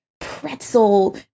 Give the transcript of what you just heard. pretzel